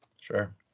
Sure